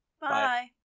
Bye